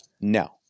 No